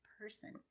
person